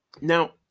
Now